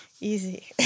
easy